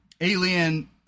alien